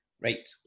Right